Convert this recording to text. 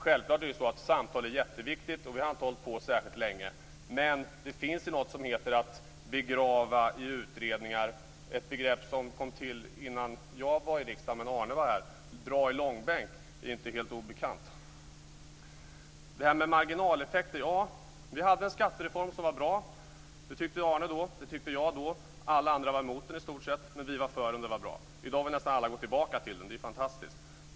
Självfallet är samtal jätteviktigt, och vi har inte hållit på särskilt länge. Men det finns ju något som heter att begrava i utredningar, ett begrepp som kom till innan jag kom till riskdagen men medan Arne var här. Dra i långbänk är inte helt obekant. Så till det här med marginaleffekter. Vi hade en skattereform som var bra. Det tyckte Arne då, och det tyckte jag då. Alla andra var i stort sett emot den, men vi var för den och det var bra. I dag vill nästan alla gå tillbaka till den, och det är ju fantastiskt.